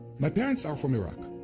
my parents are from iraq,